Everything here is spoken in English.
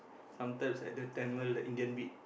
some types had the Tamil the Indian beat